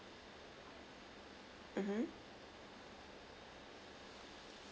mmhmm